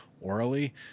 orally